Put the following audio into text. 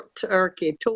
turkey